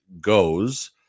goes